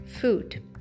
food